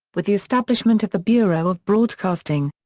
with the establishment of the bureau of broadcasting.